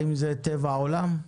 האם זה טבע העולם?